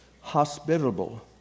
Hospitable